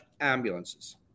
ambulances